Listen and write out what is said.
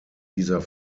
dieser